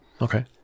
okay